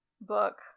book